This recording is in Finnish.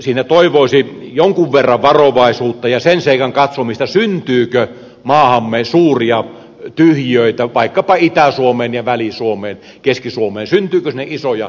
siinä toivoisi jonkun verran varovaisuutta ja sen seikan katsomista syntyykö maahamme suuria tyhjiöitä vaikkapa itä suomeen ja väli suomeen keski suomeen syntyykö sinne isoja tyhjiöitä